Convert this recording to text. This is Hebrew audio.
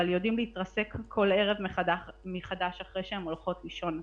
אבל יודעים להתרסק כל ערב מחדש אחרי שהן הולכות לישון.